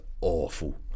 awful